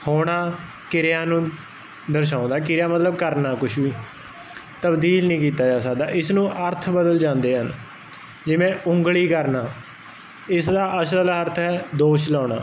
ਹੋਣਾ ਕਿਰਿਆ ਨੂੰ ਦਰਸ਼ਾਉਂਦਾ ਕਿਰਿਆ ਮਤਲਬ ਕਰਨਾ ਕੁਛ ਵੀ ਤਬਦੀਲ ਨਹੀਂ ਕੀਤਾ ਜਾ ਸਕਦਾ ਇਸ ਨੂੰ ਅਰਥ ਬਦਲ ਜਾਂਦੇ ਹਨ ਜਿਵੇਂ ਉਂਗਲੀ ਕਰਨਾ ਇਸਦਾ ਅਸਲ ਅਰਥ ਹੈ ਦੋਸ਼ ਲਾਉਣਾ